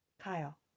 Kyle